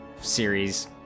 series